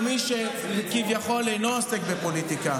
מי שכביכול אינו עוסק בפוליטיקה.